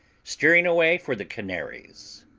steering away for the canaries.